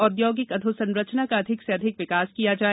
औदयोगिक अधोसंरचना का अधिक से अधिक विकास किया जाए